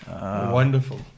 Wonderful